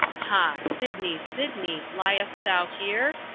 ha! sidney, sidney liest thou here?